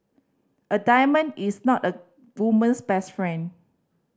a diamond is not a woman's best friend